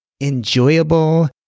enjoyable